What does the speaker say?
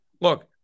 Look